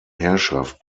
herrschaft